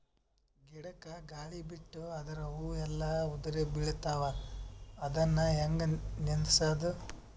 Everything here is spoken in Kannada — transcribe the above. ಗಿಡಕ, ಗಾಳಿ ಬಿಟ್ಟು ಅದರ ಹೂವ ಎಲ್ಲಾ ಉದುರಿಬೀಳತಾವ, ಅದನ್ ಹೆಂಗ ನಿಂದರಸದು?